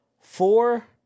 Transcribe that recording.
Four